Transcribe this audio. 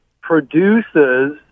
produces